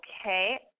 Okay